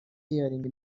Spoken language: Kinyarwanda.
healing